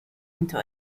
into